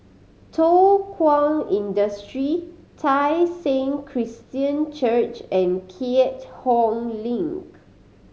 Thow Kwang Industry Tai Seng Christian Church and Keat Hong Link